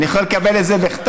אני יכול לקבל את זה בכתב?